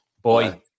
boy